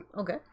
Okay